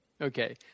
Okay